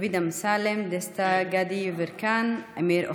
דוד אמסלם, דסטה גדי יברקן, אמיר אוחנה,